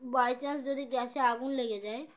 by chance যদি গ্যাসে আগুন লেগে যায়